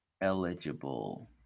eligible –